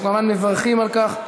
אנחנו כמובן מברכים על כך.